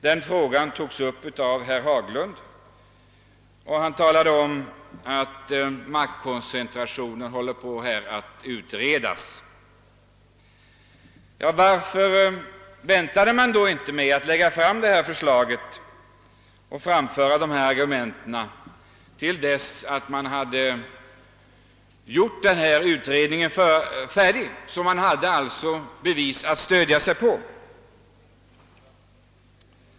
Denna fråga togs upp av herr Haglund, som talade om att maktkoncentrationen håller på att utredas. Varför väntade man då inte med att lägga fram detta förslag och att framföra dessa argument tills man hade slutfört utredningen, så att man hade bevis att stödja sig på?